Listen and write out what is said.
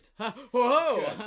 Whoa